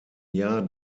jahr